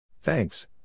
Thanks